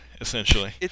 essentially